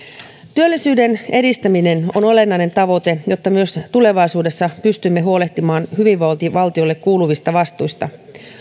työllisyyden edistäminen on olennainen tavoite jotta myös tulevaisuudessa pystymme huolehtimaan hyvinvointivaltiolle kuuluvista vastuista